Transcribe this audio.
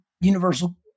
universal